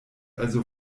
also